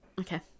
Okay